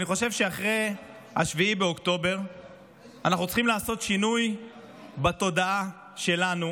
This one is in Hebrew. אני חושב שאחרי 7 באוקטובר אנחנו צריכים לעשות שינוי בתודעה שלנו